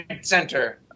center